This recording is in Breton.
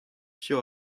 piv